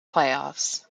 playoffs